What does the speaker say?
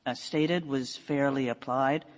ah stated was fairly applied,